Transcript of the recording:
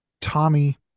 Tommy